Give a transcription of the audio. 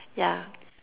yeah